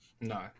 no